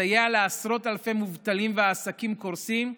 לסייע לעשרות אלפי מובטלים ועסקים קורסים,